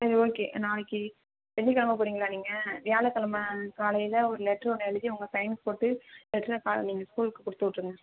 சரி ஓகே நாளைக்கு வெள்ளிக்கிழம போகறீங்களா நீங்கள் வியாழக்கிழம காலையில் ஒரு லெட்டர் ஒன்று எழுதி உங்கள் சைன் போட்டு பிரச்சனை இருக்காது நீங்கள் ஸ்கூலுக்கு கொடுத்துவுட்ருங்க